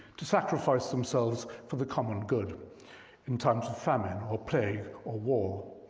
to sacrifice themselves for the common good in times of famine or plague or war,